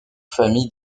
familles